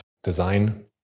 Design